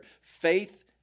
faith